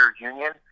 union